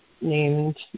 named